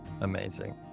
amazing